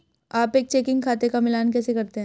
आप एक चेकिंग खाते का मिलान कैसे करते हैं?